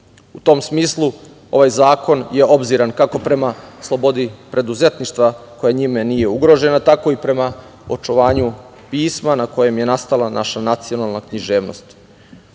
U tom smislu ovaj zakon je obziran kako prema slobodi preduzetništva, koja njime nije ugrožena, tako i prema očuvanju pisma na kojem je nastala naša nacionalna književnost.U